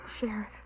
Sheriff